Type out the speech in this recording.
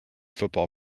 football